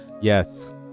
Yes